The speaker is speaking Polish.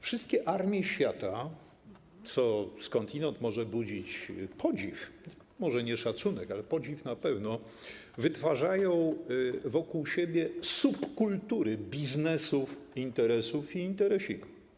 Wszystkie armie świata, co skądinąd może budzić podziw - może nie szacunek, ale podziw na pewno - wytwarzają wokół siebie subkultury biznesów, interesów i interesików.